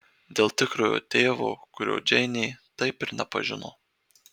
dėl tikrojo tėvo kurio džeinė taip ir nepažino